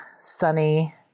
sunny